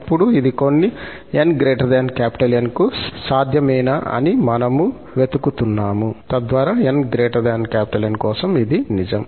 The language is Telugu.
ఇప్పుడు ఇది కొన్ని 𝑛 𝑁 కు సాధ్యమేనా అని మనము వెతుకుతున్నాము తద్వారా 𝑛 𝑁 కోసం ఇది నిజం